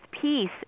peace